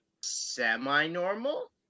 semi-normal